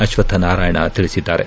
ಅಶ್ವಥ್ ನಾರಾಯಣ ತಿಳಿಸಿದ್ದಾರೆ